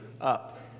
up